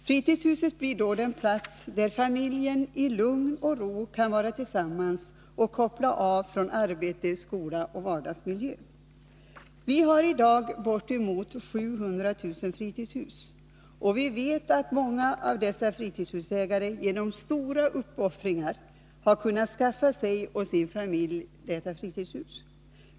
Fritidshuset blir då den plats där familjen i lugn och ro kan vara tillsammans och koppla av från arbete, skola och vardagsmiljö. Vi har i dag bortemot 700 000 fritidshus, och vi vet att i de flesta fall stora uppoffringar har fått göras av fritidshusägarna för att de skulle kunna skaffa sig och sin familj detta fritidshus.